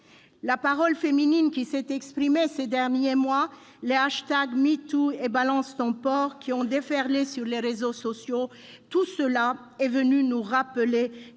La parole féminine qui s'est exprimée ces derniers mois et les #MeToo et #BalanceTonPorc qui ont déferlé sur les réseaux sociaux sont venus nous rappeler